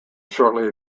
shortly